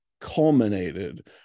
culminated